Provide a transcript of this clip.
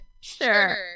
sure